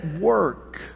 work